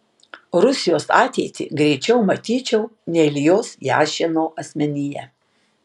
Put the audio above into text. rusijos ateitį greičiau matyčiau ne iljos jašino asmenyje